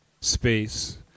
space